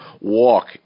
walk